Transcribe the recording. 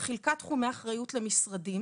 מקבל לפעמים אבחון של אוטיזם כשהוא קטן,